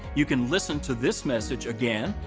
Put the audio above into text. you can listen to this message again,